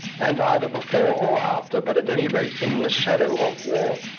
and either before or after, but, at any rate, in the shadow of war,